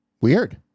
Weird